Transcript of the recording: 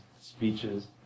speeches